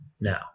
now